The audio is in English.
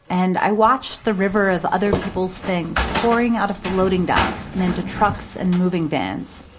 and i watched the river of other people's things pouring out of the loading docks and into trucks and moving vans.